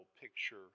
picture